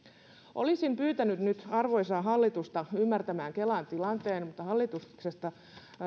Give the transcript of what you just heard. olisin nyt pyytänyt arvoisaa hallitusta ymmärtämään kelan tilanteen mutta hallituksesta